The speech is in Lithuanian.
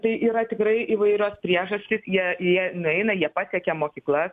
tai yra tikrai įvairios priežastys jie jie nueina jie pasiekia mokyklas